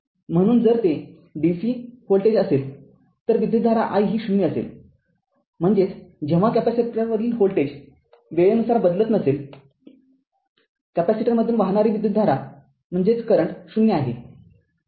म्हणूनच जर ते dc व्होल्टेज असेल तर विद्युतधारा I ही ० असेल म्हणजेच जेव्हा कॅपेसिटरवरील व्होल्टेज वेळेनुसार बदलत नसेल कॅपेसिटरद्वारे वाहणारी विद्युतधारा ० आहे